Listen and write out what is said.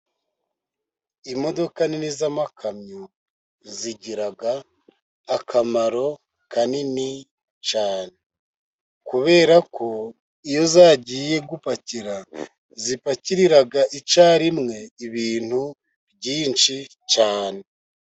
Imodoka nini z'amakamyo zigira akamaro kanini cyane, kubera ko iyo zagiye gupakira zipakirira icyarimwe ibintu byinshi cyane.